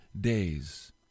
days